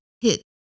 hit